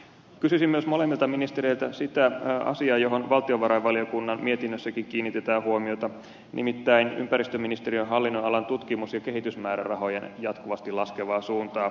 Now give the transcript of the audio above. kysyisin myös molemmilta ministereiltä sitä asiaa johon valtiovarainvaliokunnan mietinnössäkin kiinnitetään huomiota nimittäin ympäristöministeriön hallinnonalan tutkimus ja kehitysmäärärahojen jatkuvasti laskevaa suuntaa